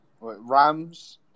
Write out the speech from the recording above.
Rams